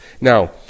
Now